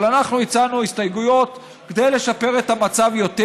אבל אנחנו הצענו הסתייגויות כדי לשפר את המצב יותר,